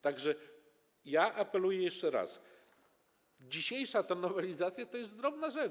Tak że ja apeluję jeszcze raz: dzisiejsza nowelizacja to jest drobna rzecz.